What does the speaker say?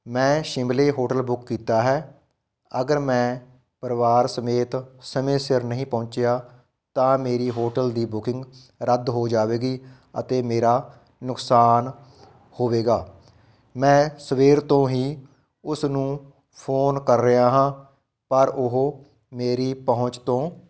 ਮੈਂ ਸ਼ਿਮਲੇ hotel book ਕੀਤਾ ਹੈ ਅਗਰ ਮੈਂ ਪਰਿਵਾਰ ਸਮੇਤ ਸਮੇਂ ਸਿਰ ਨਹੀਂ ਪਹੁੰਚਿਆ ਤਾਂ ਮੇਰੀ ਹੋਟਲ ਦੀ ਬੁਕਿੰਗ ਰੱਦ ਹੋ ਜਾਵੇਗੀ ਅਤੇ ਮੇਰਾ ਨੁਕਸਾਨ ਹੋਵੇਗਾ ਮੈਂ ਸਵੇਰ ਤੋਂ ਹੀ ਉਸ ਨੂੰ ਫੋਨ ਕਰ ਰਿਹਾ ਹਾਂ ਪਰ ਉਹ ਮੇਰੀ ਪਹੁੰਚ ਤੋਂ